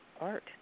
art